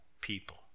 people